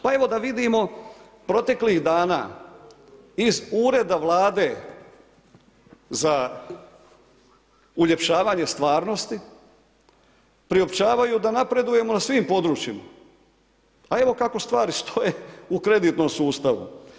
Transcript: Pa evo da vidimo proteklih dana iz ureda Vlade za uljepšavanje stvarnosti priopćavaju da napredujemo na svim područjima, a evo kako stvari stoje u kreditnom sustavu.